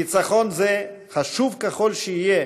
ניצחון זה, חשוב ככל שיהיה,